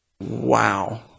Wow